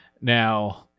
Now